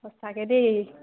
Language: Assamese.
সঁচাকে দেই